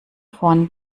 vorn